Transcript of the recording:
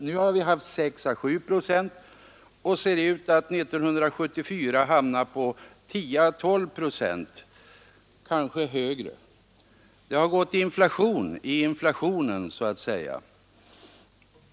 Nu har vi haft 6 å 7 procent och tycks 1974 hamna på 10 å 12 procent, kanske högre. Det har gått inflation i inflationen så att säga.